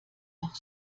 auch